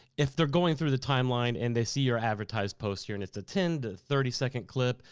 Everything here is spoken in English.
if they're going through the timeline and they see your advertised post here, and it's a ten to thirty second clip.